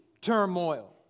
turmoil